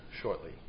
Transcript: shortly